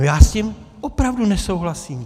Já s tím opravdu nesouhlasím.